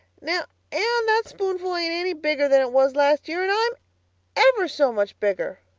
now, anne, that spoonful ain't any bigger than it was last year and i'm ever so much bigger.